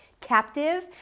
captive